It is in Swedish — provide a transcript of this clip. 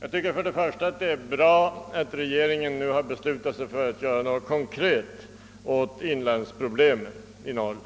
Jag tycker först och främst att det är bra att regeringen nu har beslutat sig för att göra något konkret åt problemet med Norrlands inland.